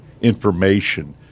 information